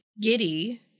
giddy